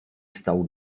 stał